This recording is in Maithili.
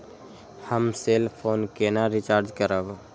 हम सेल फोन केना रिचार्ज करब?